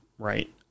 Right